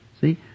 See